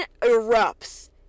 erupts